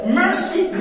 mercy